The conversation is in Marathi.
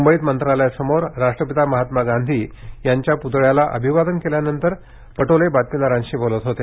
मुंबईत मंत्रालयासमोर राष्ट्रपिता महात्मा गांधी यांच्या प्तळ्याला अभिवादन केल्यानंतर पटोले बातमीदारांशी बोलत होते